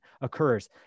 occurs